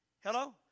Hello